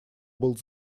был